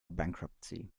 bankruptcy